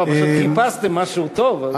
לא, פשוט חיפשתם משהו טוב.